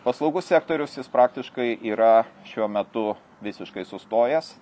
paslaugų sektorius jis praktiškai yra šiuo metu visiškai sustojęs